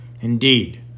Indeed